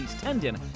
tendon